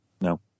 no